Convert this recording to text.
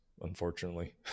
unfortunately